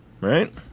right